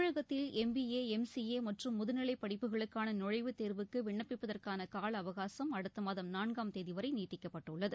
தமிழகத்தில் M B A M C A மற்றும் முதுநிலை படிப்புகளுக்கான நுழைவுத் தேர்வுக்கு விண்ணப்பிப்பதற்கான கால அவகாசம் அடுத்த மாதம் நான்காம் தேதி வரை நீட்டிக்கப்பட்டுள்ளது